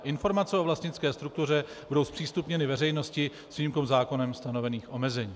Informace o vlastnické struktuře budou zpřístupněny veřejnosti s výjimkou zákonem stanovených omezení.